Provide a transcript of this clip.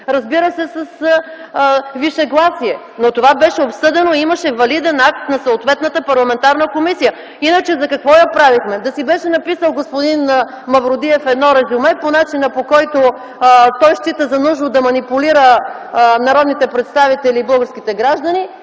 разбира се, с вишегласие. Но това беше обсъдено и имаше валиден акт на съответната парламентарна комисия. Иначе за какво я правихме?! Да си беше написал господин Мавродиев едно резюме по начина, по който той счита за нужно да манипулира народните представители и българските граждани,